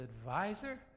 advisor